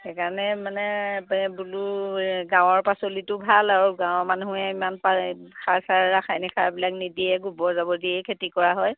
সেইকাৰণে মানে বোলো এই গাঁৱৰ পাচলিটো ভাল আৰু গাঁৱৰ মানুহে ইমান পাৰে সাৰ চাৰ ৰাসায়নিক সাৰবিলাক নিদিয়ে গোবৰ জাবৰ দিয়েই খেতি কৰা হয়